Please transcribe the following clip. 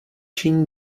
činí